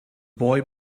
boy